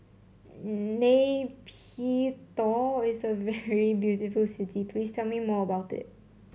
Nay Pyi Taw is a very beautiful city please tell me more about it